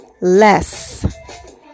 less